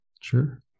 Sure